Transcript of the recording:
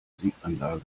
musikanlage